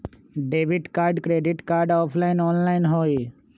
Debit card credit card offline online होई?